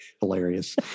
Hilarious